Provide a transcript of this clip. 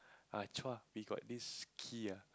ah Chua you got this key ah